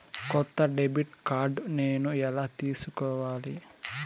కొత్త debit card నేను ఎలా తీసుకోవాలి?